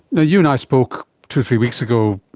you and i spoke two or three weeks ago,